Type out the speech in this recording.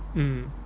mm